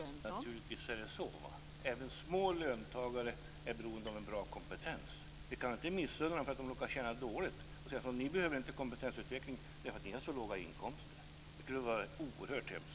Fru talman! Naturligtvis är det så. Även små löntagare är beroende av en hög kompetens. Vi kan inte missunna dessa löntagare bara för att de tjänar dåligt och säga att de inte behöver någon kompetensutveckling därför att de har så låga inkomster. Det vore oerhört hemskt.